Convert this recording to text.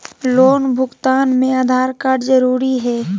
Loan भुगतान में Aadhaar card जरूरी है?